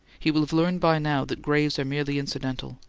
he will have learned by now that graves are merely incidental,